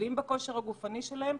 בכושר הגופני שלהם,